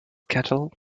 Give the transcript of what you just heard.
kettle